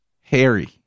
Harry